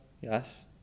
Yes